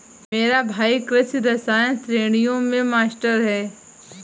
मेरा भाई कृषि रसायन श्रेणियों में मास्टर है